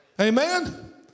Amen